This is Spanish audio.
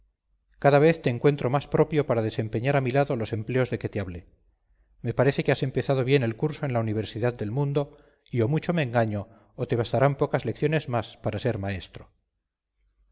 cada vez te encuentro más propio para desempeñar a mi lado los empleos de que te hablé me parece que has empezado bien el curso en la universidad del mundo y o mucho me engaño o te bastarán pocas lecciones más para ser maestro